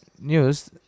news